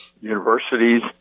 universities